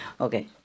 Okay